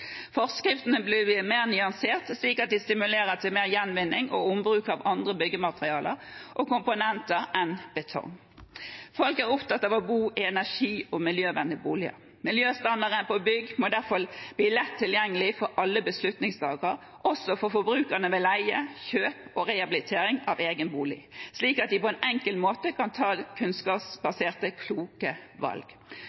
Forskriftene bør bli mer nyansert, slik at de stimulerer til mer gjenvinning og ombruk av andre byggematerialer og komponenter enn betong. Folk er opptatt av å bo i energi- og miljøvennlige boliger. Miljøstandardene på bygg må derfor bli lett tilgjengelige for alle beslutningstakere, også for forbrukere ved leie, kjøp og rehabilitering av egen bolig, slik at de på en enkel måte kan ta